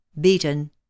Beaten